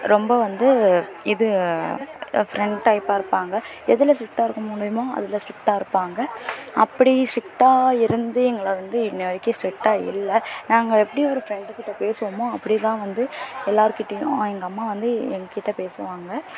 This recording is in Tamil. ரொம்ப வந்து இது ஃப்ரெண்ட் டைப்பாக இருப்பாங்க எதில் ஸ்ட்ரிக்ட்டாக இருக்க முடியுமோ அதில் ஸ்ட்ரிக்ட்டாக இருப்பாங்க அப்படி ஸ்ட்ரிக்ட்டாக இருந்து எங்களை வந்து இன்ன வரைக்கும் ஸ்ட்ரிக்ட்டாக இல்லை நாங்கள் எப்படி ஒரு ஃப்ரெண்ட்டு கிட்டே பேசுவோமோ அப்படி தான் வந்து எல்லாேர் கிட்டேயும் எங்கள் அம்மா வந்து எங்கள் கிட்டே பேசுவாங்க